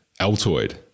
Altoid